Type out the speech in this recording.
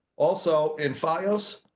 also. in fios,